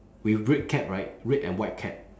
with red cap right red and white cap